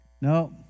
No